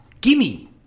gimme